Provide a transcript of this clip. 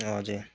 हजुर